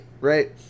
right